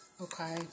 okay